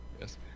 yes